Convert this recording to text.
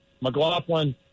McLaughlin